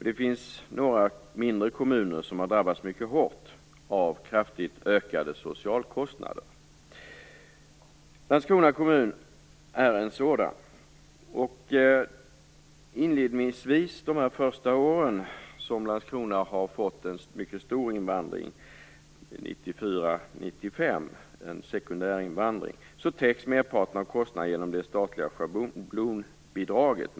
Det finns några mindre kommuner som har drabbats mycket hårt av kraftigt ökade socialkostnader. Landskrona kommun är en sådan. Under de första åren som Landskrona hade en mycket stor sekundärinvandring, 1994-1995, täcktes merparten av kostnaderna av det statliga schablonbidraget.